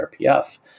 RPF